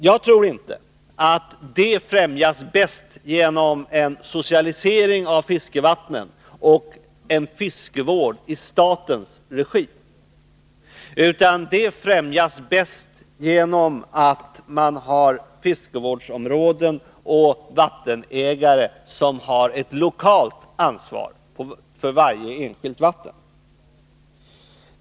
Jag tror inte att det främjas bäst genom en socialisering av fiskevattnen och en fiskevård i statens regi, utan det främjas bäst genom att man har fiskevårdsområden och vattenägare som har ett lokalt ansvar för varje enskilt vatten.